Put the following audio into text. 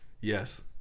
Yes